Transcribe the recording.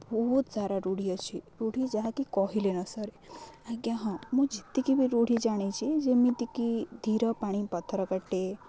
ବହୁତ ସାରା ରୂଢ଼ି ଅଛି ରୁଢ଼ି ଯାହାକି କହିଲେ ନ ସରେ ଆଜ୍ଞା ହଁ ମୁଁ ଯେତିକି ବି ରୂଢ଼ି ଜାଣିଛି ଯେତିକି ବି ଧୀର ପାଣି ପଥର କାଟେ